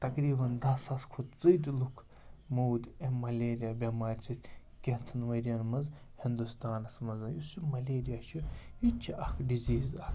تَقریٖباً دَہ ساس کھۄتہٕ ژٔرۍ لُکھ موٗدۍ اَمہِ ملیریا بٮ۪مارِ سۭتۍ کینٛژھن ؤرِیَن منٛز ہِندُستانَس منٛز یُس یہِ ملیریا چھِ یہِ تہِ چھِ اَکھ ڈِزیٖز اَکھ